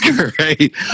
great